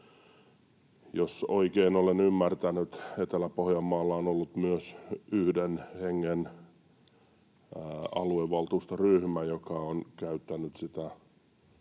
Jos oikein olen ymmärtänyt, Etelä-Pohjanmaalla on ollut myös yhden hengen aluevaltuustoryhmä, joka on käyttänyt sitä